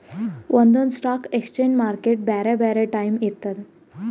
ಒಂದೊಂದ್ stock exchange ಮಾರ್ಕೆಟ್ಗ್ ಬ್ಯಾರೆ ಬ್ಯಾರೆ ಟೈಮ್ ಇರ್ತದ್